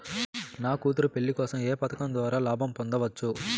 నా కూతురు పెళ్లి కోసం ఏ పథకం ద్వారా లాభం పొందవచ్చు?